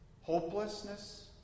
Hopelessness